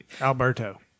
Alberto